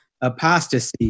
apostasy